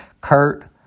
Kurt